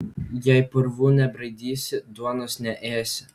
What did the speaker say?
jei purvų nebraidysi duonos neėsi